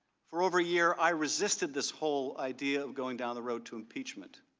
for over a year, i resisted this whole idea of going down the road to impeachment.